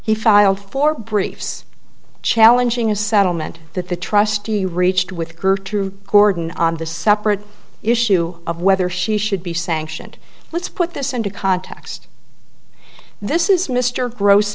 he filed for briefs challenging a settlement that the trustee reached with her to gordon on the separate issue of whether she should be sanctioned let's put this into context this is mr gross